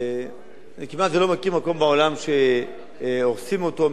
אני כמעט לא מכיר מקום בעולם שהורסים אותו,